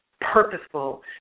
purposeful